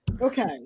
okay